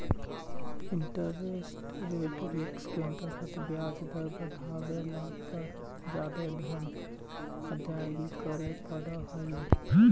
interest rate risk के अंतर्गत ब्याज दर बढ़ला पर जादे धन अदायगी करे पड़ऽ हई